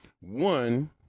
one